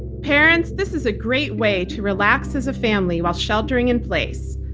parents, this is a great way to relax as a family while sheltering in place.